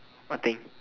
nothing